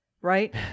right